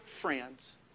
friends